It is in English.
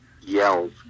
yells